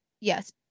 yes